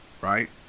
right